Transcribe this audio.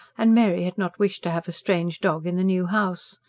and mary had not wished to have a strange dog in the new house.